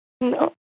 No